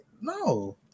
no